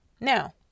Now